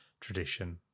tradition